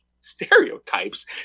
stereotypes